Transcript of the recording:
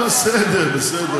בסדר, בסדר.